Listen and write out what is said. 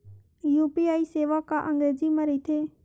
UPI सेवा का अंग्रेजी मा रहीथे?